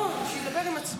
שידבר עם עצמו.